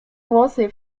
włosy